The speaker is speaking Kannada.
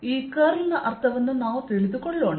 ಈ ಸುರುಳಿಯ ಅರ್ಥವನ್ನು ನಾವು ತಿಳಿದುಕೊಳ್ಳೋಣ